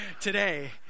today